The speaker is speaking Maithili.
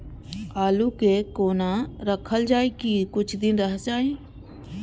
आलू के कोना राखल जाय की कुछ दिन रह जाय?